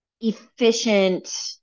efficient